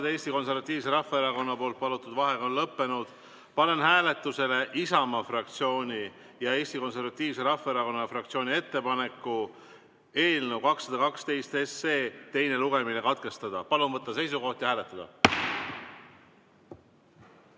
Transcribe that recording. Eesti Konservatiivse Rahvaerakonna palutud vaheaeg on lõppenud. Panen hääletusele Isamaa fraktsiooni ja Eesti Konservatiivse Rahvaerakonna fraktsiooni ettepaneku eelnõu 212 teine lugemine katkestada. Palun võtta seisukoht ja hääletada!